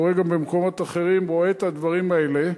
וקורה גם במקומות אחרים, רואה את הדברים האלה.